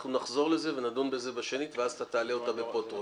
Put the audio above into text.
אנחנו נחזור לזה ונדון בשנית ואז אתה תעלה אותה בפרוטרוט.